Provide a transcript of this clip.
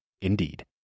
Indeed